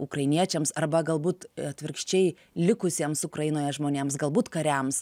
ukrainiečiams arba galbūt atvirkščiai likusiems ukrainoje žmonėms galbūt kariams